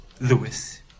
Lewis